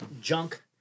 junk